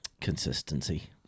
Consistency